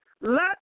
let